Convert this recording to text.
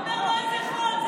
הוא אומר לו: איזה חול?